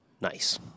Nice